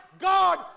God